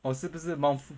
orh 是不是 mount fu~